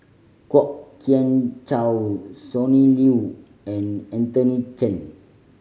Kwok Kian Chow Sonny Liew and Anthony Chen